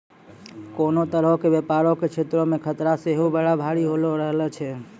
कोनो तरहो के व्यपारो के क्षेत्रो मे खतरा सेहो बड़ा भारी होलो करै छै